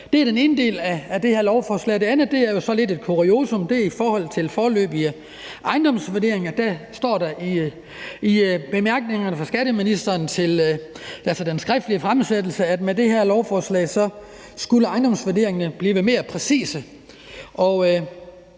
Det er den ene del af det her lovforslag, og den anden er jo så lidt et kuriosum. Det er i forhold til foreløbige ejendomsvurderinger. Der står der i bemærkningerne fra skatteministeren, altså den skriftlige fremsættelse, at med det her lovforslag skulle ejendomsvurderingerne blive mere præcise.